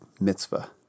mitzvah